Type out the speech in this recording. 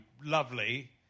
lovely